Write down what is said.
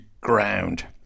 ground